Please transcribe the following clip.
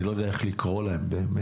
אני לא יודע איך לקרוא להם באמת.